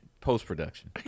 post-production